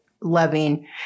loving